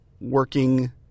working